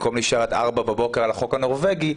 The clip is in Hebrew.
במקום להישאר עד 04:00 על החוק הנורבגי,